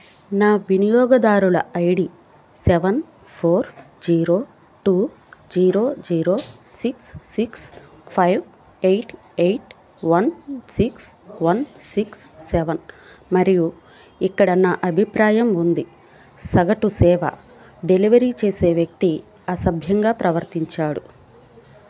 నా వినియోగదారుల ID seven four zero two zero zero six six five eight eight one six one six seven మరియు ఇక్కడ నా అభిప్రాయం ఉంది సగటు సేవ డెలివరీ చేసే వ్యక్తి అసభ్యంగా ప్రవర్తించాడు